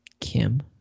Kim